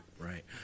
Right